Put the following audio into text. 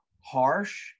harsh